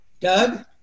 Doug